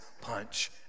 punch